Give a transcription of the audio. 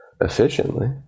efficiently